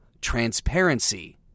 transparency